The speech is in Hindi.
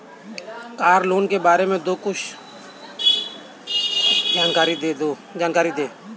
कार लोन के बारे में कुछ जानकारी दें?